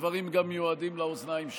הדברים מיועדים גם לאוזניים שלך.